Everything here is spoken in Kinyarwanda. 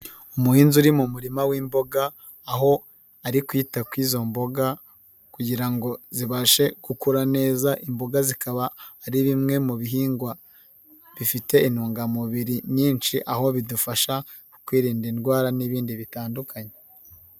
Umuhinzi uri mu murima w'imboga. Aho ari kwita kw'izo mboga kugira ngo zibashe gukura neza. Imboga zikaba ari bimwe mu bihingwa bifite intungamubiri nyinshi. Aho bidufasha kwirinda indwara n'ibindi bitandukanye.